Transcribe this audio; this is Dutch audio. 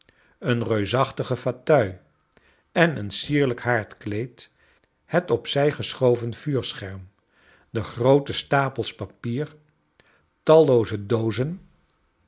een reusachtige fauteuil en een sierlijk haardkleed het opzij geschovcn vuurscherm de groote stapels papier tallooze doozen